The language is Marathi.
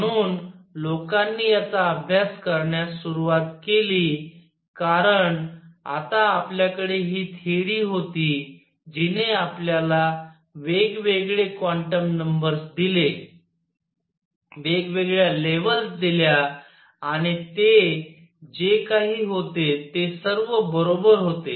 म्हणून लोकांनी याचा अभ्यास करण्यास सुरुवात केली कारण आता आपल्याकडे हि थेअरी होती जिने आपल्याला वेगवेगळे क्वान्टम नंबर्स दिले वेगवेगळ्या लेव्हल्स दिल्या आणि ते जे काही होते ते सर्व बरोबर होते